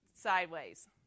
Sideways